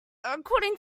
according